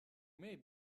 may